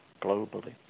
globally